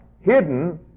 hidden